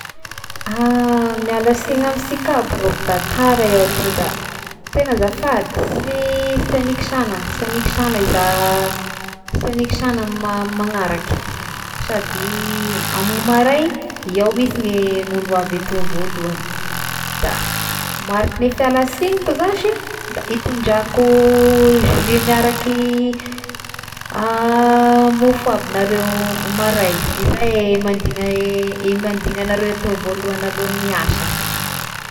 Ah miala siny amy sika aby rô fa da tara iaho ty da tegna azafady sy siagniko sana siagniko sana iza siagniko sana ma-manaraky, sady amo maray, iaho mihisiny ny olo avy eto voalohagny da mariky ny fialasiniko zashy da hitondrako jus miaraky mofo aby nareo maray, zay eh mandin-e-mandigny anareo ato voalohany alohany hiasa.